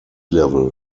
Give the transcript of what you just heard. level